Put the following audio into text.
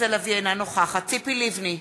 אינה נוכחת ציפי לבני,